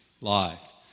life